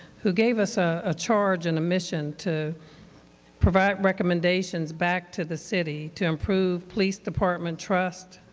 who gave us ah a charge and a mission to provide recommendations back to the city to improve police department trust,